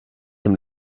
dem